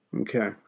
Okay